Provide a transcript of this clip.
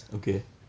okay